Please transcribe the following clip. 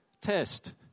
test